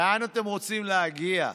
לאן אתם רוצים להגיע?